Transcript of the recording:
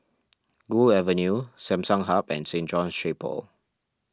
Gul Avenue Samsung Hub and Saint John's Chapel